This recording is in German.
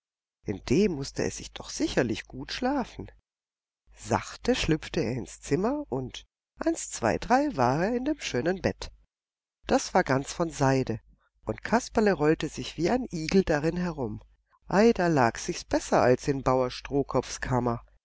in dem mußte es sich doch sicherlich gut schlafen sachte schlüpfte er ins zimmer und eins zwei drei war er in dem schönen bett das war ganz von seide und kasperle rollte sich wie ein igel drin herum ei da lag sich's besser als in bauer